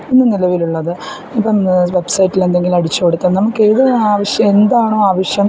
ഇന്ന് നിലവിലുള്ളത് ഇപ്പം വെബ്സൈറ്റിൽ എന്തെങ്കിലും അടിച്ച് കൊടുത്താൽ നമുക്ക് ഏത് ആവശ്യം എന്താണോ ആവശ്യം